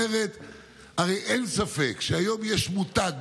הרי אין ספק שהיום יש מותג,